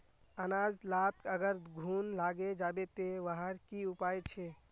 अनाज लात अगर घुन लागे जाबे ते वहार की उपाय छे?